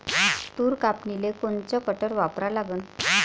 तूर कापनीले कोनचं कटर वापरा लागन?